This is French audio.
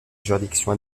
juridiction